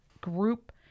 group